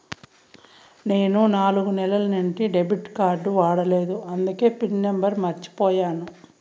నేను నాలుగు నెలల నుంచి డెబిట్ కార్డ్ వాడలేదు అందికే పిన్ నెంబర్ మర్చిపోయాను